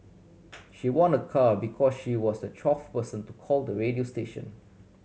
she won a car because she was the twelfth person to call the radio station